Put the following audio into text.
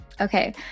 Okay